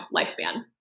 lifespan